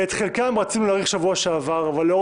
את חלקם רצינו להאריך בשבוע שעבר אבל לאור